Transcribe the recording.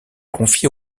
confié